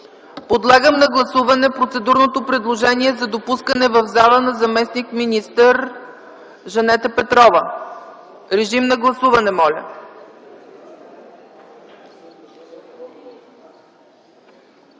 Подлагам на гласуване процедурното предложение за допускане в залата на заместник-министър Жанета Петрова. Гласували